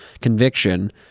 conviction